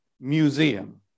museum